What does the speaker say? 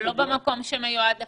אבל לא במקום שמיועד לכך.